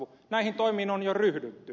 näihin toimiin on jo ryhdytty